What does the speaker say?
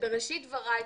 שבראשית דבריי,